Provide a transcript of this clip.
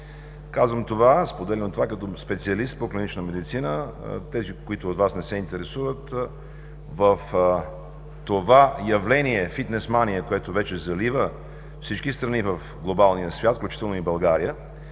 натоварване. Споделям това като специалист по клинична медицина. За тези от Вас, които не се интересуват – в това явление „фитнес мания“, което вече залива всички страни в глобалния свят, включително и България,